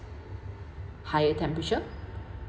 higher temperature